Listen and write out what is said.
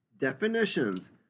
Definitions